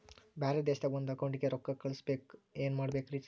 ಬ್ಯಾರೆ ದೇಶದಾಗ ಒಂದ್ ಅಕೌಂಟ್ ಗೆ ರೊಕ್ಕಾ ಕಳ್ಸ್ ಬೇಕು ಏನ್ ಮಾಡ್ಬೇಕ್ರಿ ಸರ್?